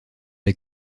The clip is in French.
les